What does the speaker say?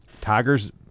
Tiger's